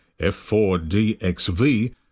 F4DXV